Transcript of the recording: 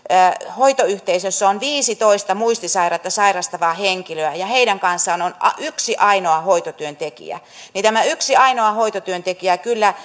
hoitoyhteisössä on viisitoista muistisairautta sairastavaa henkilöä ja heidän kanssaan on yksi ainoa hoitotyöntekijä niin tämä yksi ainoa hoitotyöntekijä kyllä